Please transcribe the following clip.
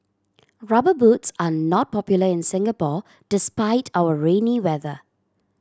Rubber Boots are not popular in Singapore despite our rainy weather